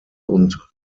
und